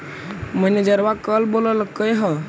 मैनेजरवा कल बोलैलके है?